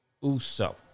Uso